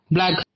Black